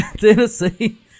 Tennessee